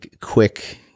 quick